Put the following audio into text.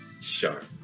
sharp